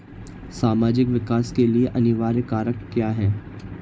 सामाजिक विकास के लिए अनिवार्य कारक क्या है?